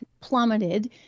plummeted